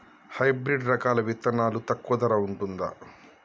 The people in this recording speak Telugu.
హైబ్రిడ్ రకాల విత్తనాలు తక్కువ ధర ఉంటుందా?